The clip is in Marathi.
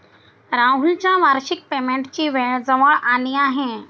राहुलच्या वार्षिक पेमेंटची वेळ जवळ आली आहे